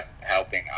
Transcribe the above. helping